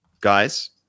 Guys